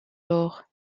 laure